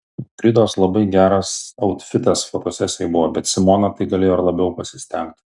ingridos labai geras autfitas fotosesijoj buvo bet simona tai galėjo ir labiau pasistengt